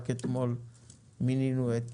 רק אתמול מינינו את